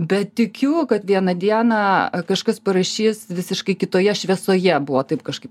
bet tikiu kad vieną dieną kažkas parašys visiškai kitoje šviesoje buvo taip kažkaip